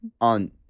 on